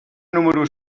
número